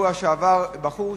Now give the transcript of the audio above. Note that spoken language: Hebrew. בשבוע שעבר זה היה לגבי בחור,